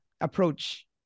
approach